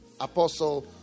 apostle